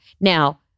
Now